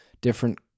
different